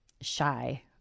shy